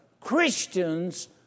Christians